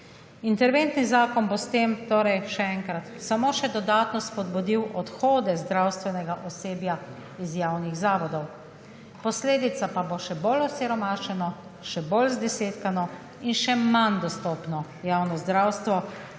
Interventni zakon bo s tem, še enkrat, samo še dodatno spodbudil odhode zdravstvenega osebja iz javnih zavodov. Posledica pa bo še bolj osiromašeno, še bolj zdesetkano in še manj dostopno javno zdravstvo,